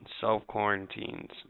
Self-quarantines